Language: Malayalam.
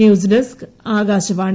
news desk Akashvani